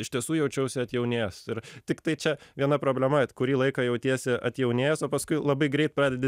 iš tiesų jaučiausi atjaunėjęs ir tiktai čia viena problema kurį laiką jautiesi atjaunėjęs o paskui labai greit pradedi